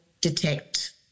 detect